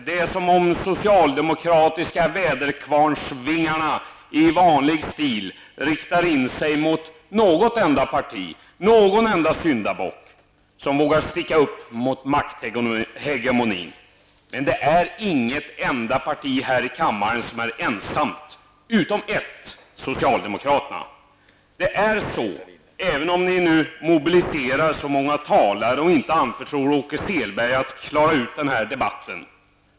Det är som om de socialdemokratiska väderkvarnsvingarna i vanlig stil riktar in sig mot något enda parti, någon enda syndabock som vågar sticka upp mot makthegemonin. Men det är inget enda parti här i kammaren som är ensamt utom ett -- socialdemokraterna. Det förhåller sig på det sättet, även om ni nu mobiliserar många talare och inte anförtror Åke Selberg att klara av den här debatten.